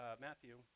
Matthew